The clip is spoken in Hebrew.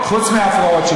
קודם כול,